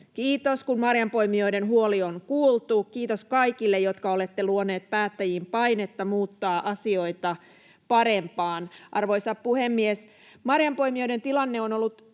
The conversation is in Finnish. Kiitos, kun marjanpoimijoiden huoli on kuultu. Kiitos kaikille, jotka olette luoneet päättäjiin painetta muuttaa asioita parempaan. Arvoisa puhemies! Marjanpoimijoiden tilanne on ollut